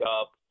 up